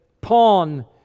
pawn